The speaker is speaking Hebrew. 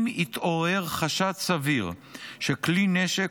אם התעורר חשד סביר שכלי נשק,